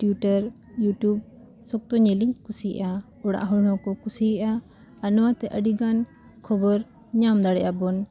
Twitter YouTube ᱥᱚᱠᱛᱚ ᱧᱮᱞ ᱤᱧ ᱠᱩᱥᱤᱭᱟᱜᱼᱟ ᱚᱲᱟᱜ ᱦᱚᱲ ᱦᱚᱸᱠᱚ ᱠᱩᱥᱤᱭᱟᱜᱼᱟ ᱟᱨ ᱱᱚᱣᱟᱛᱮ ᱟᱹᱰᱤ ᱜᱟᱱ ᱠᱷᱚᱵᱚᱨ ᱧᱟᱢ ᱫᱟᱲᱮᱭᱟᱜ ᱟᱵᱚᱱ